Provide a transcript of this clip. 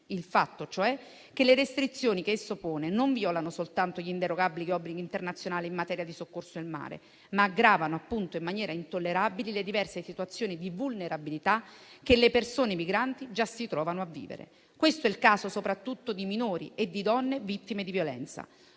il fatto cioè che le restrizioni che esso pone non violano soltanto gli inderogabili obblighi internazionali in materia di soccorso in mare, ma aggravano in maniera intollerabile le diverse situazioni di vulnerabilità che le persone migranti già si trovano a vivere. Questo è il caso soprattutto di minori e di donne vittime di violenza,